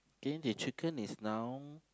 then the chicken is now